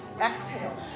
Exhale